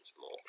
more